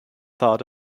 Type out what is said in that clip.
thought